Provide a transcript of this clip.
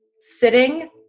sitting